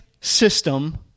system